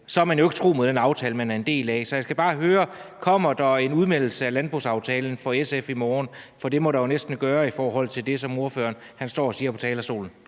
ikke, man er tro mod den aftale, man er en del af. Så jeg skal bare høre: Kommer der en udmeldelse af landbrugsaftalen fra SF i morgen? For det må der jo næsten gøre i forhold til det, som ordføreren står og siger på talerstolen.